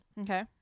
Okay